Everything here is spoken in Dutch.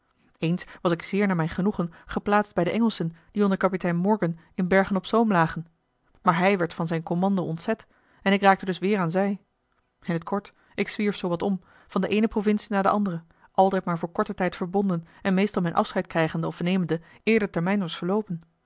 eens was ik zeer naar mijn genoegen geplaatst bij de engelschen die onder kapitein morgan in bergen-op-zoom lagen maar hij werd van zijn commando ontzet en ik raakte dus weêr aan zij in t kort ik zwierf zoo wat om van de eene provincie naar de andere altijd maar voor korten tijd verbonden en meestal mijn afscheid krijgende of nemende eer de termijn was verloopen